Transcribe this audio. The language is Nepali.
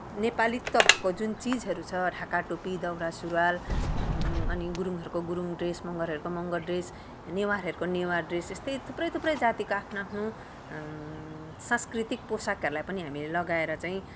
नेपालीत्व भएको जुन चिजहरू छ ढाका टोपी दौरा सुरुवाल गुरुङहरूको गुरुङ ड्रेस मगरहरूको मगर ड्रेस नेवारहरूको नेवार ड्रेस त्यस्तै थुप्रै थुप्रै जातिको आफ्नो आफ्नो सांस्कृतिक पोसाकहरूलाई पनि हामीले लगाएर चाहिँ अनि